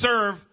serve